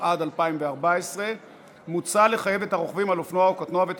התשע"ד 2014. מוצע לחייב את הרוכבים על אופנוע או קטנוע ואת